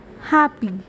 happy